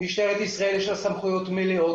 למשטרת ישראל יש סמכויות מלאות,